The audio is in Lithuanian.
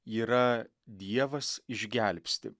yra dievas išgelbsti